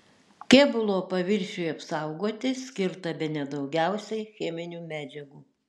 kėbulo paviršiui apsaugoti skirta bene daugiausiai cheminių medžiagų